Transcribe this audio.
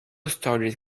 started